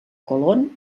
colón